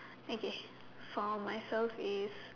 okay for myself is